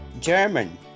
German